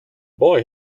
boy